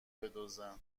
بدزدن